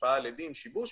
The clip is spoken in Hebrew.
השפעה לדין ושיבוש,